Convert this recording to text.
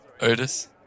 Otis